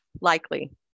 likely